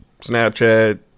Snapchat